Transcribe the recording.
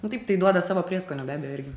nu taip tai duoda savo prieskonio be abejo irgi